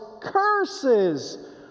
curses